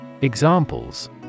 Examples